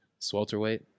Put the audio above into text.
Swelterweight